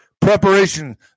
preparation